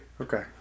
Okay